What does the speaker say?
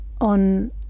on